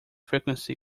frequency